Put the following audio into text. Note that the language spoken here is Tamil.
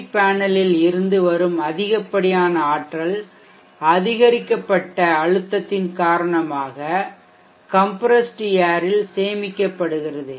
வி பேனலில் இருந்து வரும் அதிகப்படியான ஆற்றல் அதிகரிக்கப்பட்ட அழுத்தத்தின் காரணமாக சு கம்ப்ரஷ்டு ஏர் ல் சேமிக்கப்படுகிறது